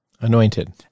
Anointed